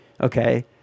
Okay